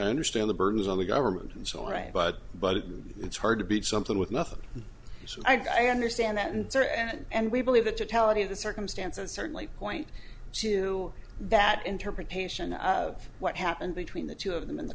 understand the burdens on the government and so right but but it's hard to beat something with nothing so i understand that and there and we believe that to tell you the circumstances certainly point to that interpretation of what happened between the two of them in the